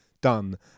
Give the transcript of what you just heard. done